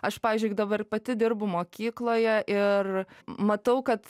aš pavyzdžiui dabar pati dirbu mokykloje ir matau kad